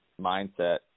mindset